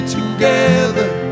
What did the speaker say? together